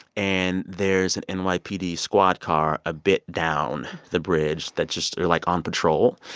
and there's and an nypd squad car a bit down the bridge that just are, like, on patrol.